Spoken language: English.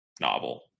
novel